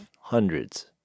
hundreds